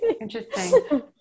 Interesting